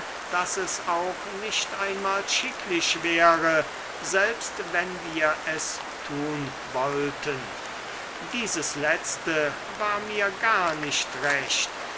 daß es auch nicht einmal schicklich wäre selbst wenn wir es tun wollten dieses letzte war mir gar nicht recht